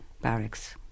Barracks